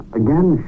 again